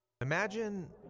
Imagine